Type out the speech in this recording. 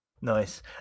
nice